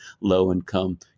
low-income